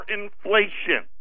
inflation